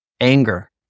anger